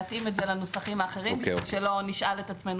להתאים את זה לנוסחים האחרים שלא נשאל את עצמנו